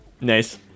Nice